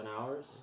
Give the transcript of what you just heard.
Hours